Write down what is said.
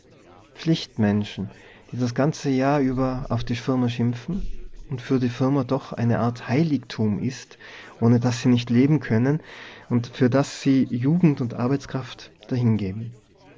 pflichtmenschen die das ganze jahr über auf die firma schimpfen und für die die firma doch eine art heiligtum ist ohne das sie nicht leben können und für das sie jugend und arbeitskraft dahingeben